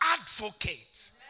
advocate